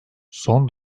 son